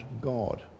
God